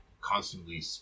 constantly